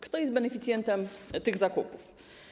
Kto jest beneficjentem tych zakupów?